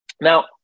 Now